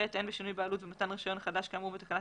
(ב)אין בשינוי בעלות ומתן רישיון חדש כאמור בתקנת